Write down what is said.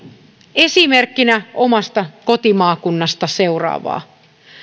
esimerkkinä omasta kotimaakunnastani seuraavaa